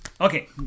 Okay